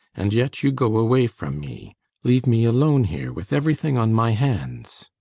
and yet you go away from me leave me alone here with everything on my hands.